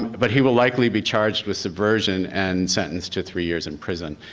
but he will likely be charged with subversion and sentenced to three years in prison.